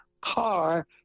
car